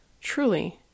Truly